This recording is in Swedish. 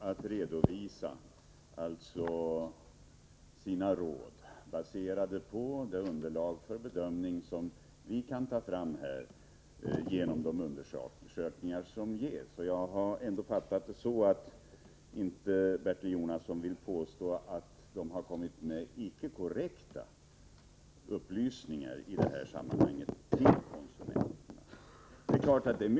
Fru talman! Livsmedelsverket har att ge råd baserade på det bedömningsunderlag som föreligger i form av gjorda undersökningar. Jag har ändå uppfattat Bertil Jonasson så, att han inte vill påstå att livsmedelsverket i det här sammanhanget har lämnat icke korrekta upplysningar.